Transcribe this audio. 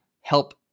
help